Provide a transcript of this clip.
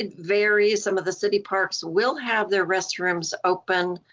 and various, some of the city parks will have their restrooms open.